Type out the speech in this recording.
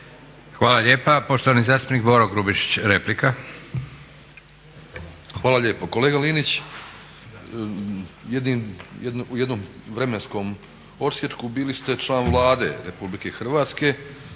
Hvala lijepa. Poštovani zastupnik Boro Grubišić, replika. **Grubišić, Boro (HDSSB)** Hvala lijepo. Kolega Linić, u jednom vremenskom odsječku bili ste član Vlade Republike Hrvatske